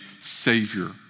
savior